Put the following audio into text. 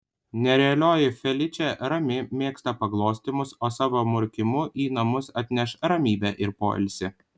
nerealioji feličė rami mėgsta paglostymus o savo murkimu į namus atneš ramybę ir poilsį